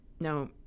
now